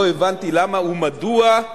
לא הבנתי למה ומדוע,